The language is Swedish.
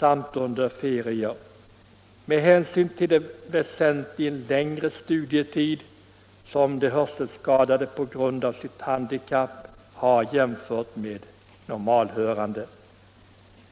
och under ferier — med hänsyn till den väsentligt längre studietid som hörselskadade på grund av sitt handikapp har jämfört med normalhörande.